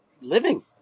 living